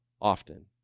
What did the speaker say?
often